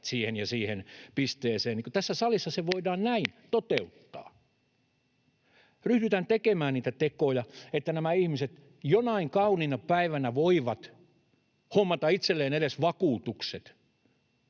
siihen ja siihen pisteeseen — tässä salissa se voidaan toteuttaa näin. [Puhuja napsauttaa sormiaan] Ryhdytään tekemään niitä tekoja, että nämä ihmiset jonain kauniina päivänä voivat hommata itselleen edes vakuutukset.